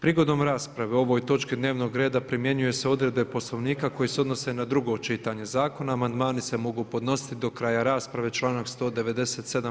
Prigodom rasprave o ovoj točki dnevnog reda primjenjuju se odredbe Poslovnika koje se odnose na drugo čitanje zakona, a amandmani se mogu podnositi do kraja rasprave, članak 197.